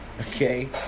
Okay